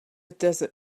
desert